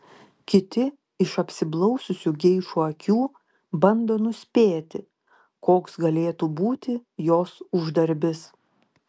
kiti iš apsiblaususių geišų akių bando nuspėti koks galėtų būti jos uždarbis